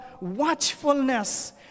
watchfulness